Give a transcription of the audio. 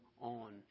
on